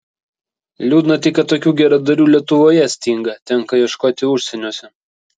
liūdna tik kad tokių geradarių lietuvoje stinga tenka ieškoti užsieniuose